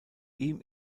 ihm